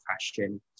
fashion